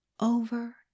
over